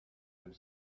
have